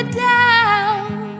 down